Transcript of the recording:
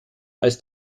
als